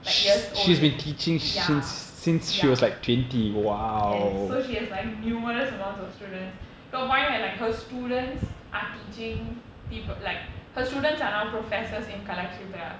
like years old ya ya yes so she has like numerous amounts of students to a point where her students are teaching people like her students are now professors in Kalakshetra